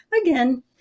again